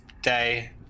day